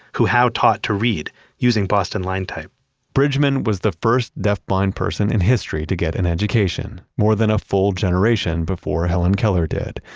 who howe taught to read using boston line type bridgman was the first deaf blind person in history to get an education, more than a full generation before helen keller did.